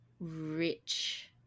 Rich